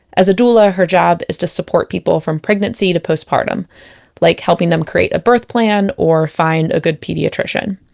as a doula, her job is to support people from pregnancy to postpartum like helping them create a birth plan or find a good pediatrician.